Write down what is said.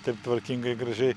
taip tvarkingai gražiai